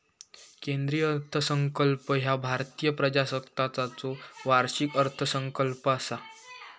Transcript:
केंद्रीय अर्थसंकल्प ह्या भारतीय प्रजासत्ताकाचो वार्षिक अर्थसंकल्प असा